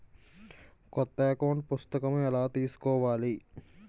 కొత్త అకౌంట్ పుస్తకము ఎలా తీసుకోవాలి?